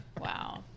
wow